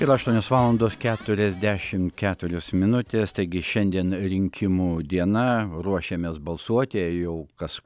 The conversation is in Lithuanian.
yra aštuonios valandos keturiasdešim keturios minutės taigi šiandien rinkimų diena ruošiamės balsuoti jau kas